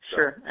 Sure